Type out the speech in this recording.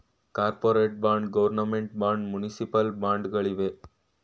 corporate bond, government bond, municipal bond ಗಳಿವೆ